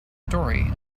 story